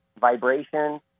vibration